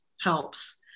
helps